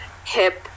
Hip